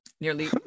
nearly